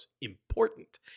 important